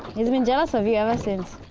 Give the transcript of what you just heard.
he's been jealous of you ever since.